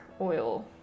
oil